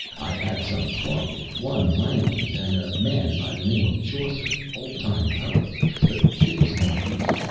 i had some talk with one langland and a man by the name of chaucer old-time poets but it was no use,